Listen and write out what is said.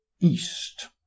east